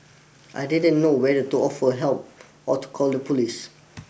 I didn't know whether to offer help or to call the police